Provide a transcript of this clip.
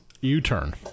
U-turn